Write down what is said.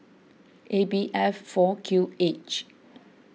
A B F four Q H